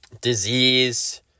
disease